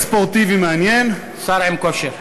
שיעור ספורטיבי מעניין, שר עם כושר.